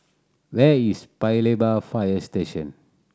where is Paya Lebar Fire Station